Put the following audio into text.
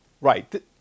Right